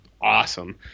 awesome